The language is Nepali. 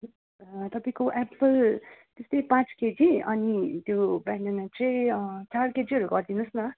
तपाईँको एप्पल त्यस्तै पाँच केजी अनि त्यो ब्यानाना चाहिँ चार केजीहरू गरिदिनुहोस् न